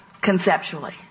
conceptually